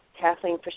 Kathleen